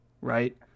right